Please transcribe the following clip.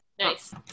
Nice